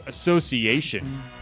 Association